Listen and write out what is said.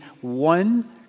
one